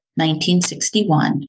1961